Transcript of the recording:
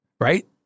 right